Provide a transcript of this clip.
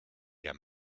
der